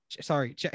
Sorry